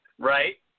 Right